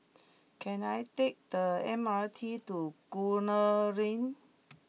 can I take the M R T to Gunner Lane